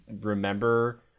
remember